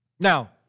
Now